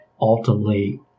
ultimately